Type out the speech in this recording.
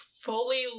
fully